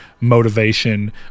motivation